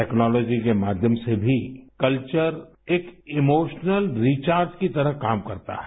technology के माध्यम से भी कल्चर एक इमोशनल रिचार्ज की तरह काम करता है